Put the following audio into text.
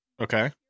Okay